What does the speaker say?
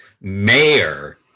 mayor